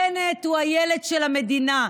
בנט הוא הילד של המדינה.